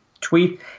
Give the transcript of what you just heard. tweet